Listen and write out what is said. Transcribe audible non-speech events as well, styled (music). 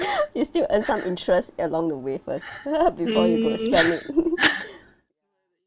(breath) you still earn some interest along the way first (laughs) before you go and spend it (laughs)